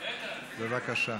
בבקשה.